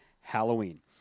Halloween